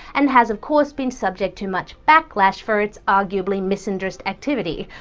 and has of course been subject to much backlash for it's arguably misandrist activity.